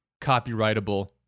copyrightable